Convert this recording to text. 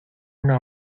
una